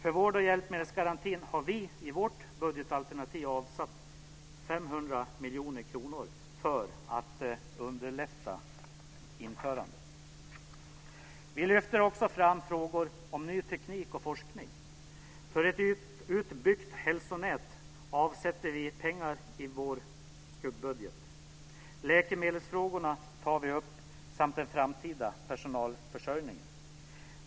För vård och hjälpmedelsgarantin har vi i vårt budgetalternativ avsatt 500 miljoner kronor för att underlätta införandet. Vi lyfter också fram frågor om ny teknik och forskning. För ett utbyggt hälsonät avsätter vi pengar i vår skuggbudget. Läkemedelsfrågorna tar vi upp samt den framtida personalförsörjningen.